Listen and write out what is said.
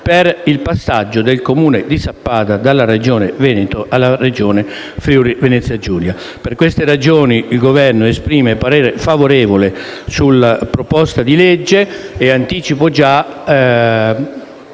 per il passaggio del Comune di Sappada dalla Regione Veneto alla Regione Friuli-Venezia Giulia. Per queste ragioni il Governo esprime parere favorevole sulla proposta di legge e anticipo già